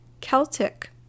celtic